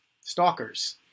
stalkers